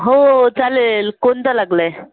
हो चालेल कोणता लागला आहे